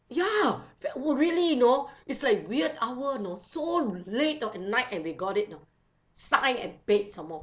ya v~ !whoa! really you know it's like weird hour you know so late at night and we got it know sign and paid some more